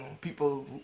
people